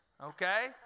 okay